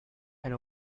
and